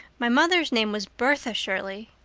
my mother's name was bertha shirley.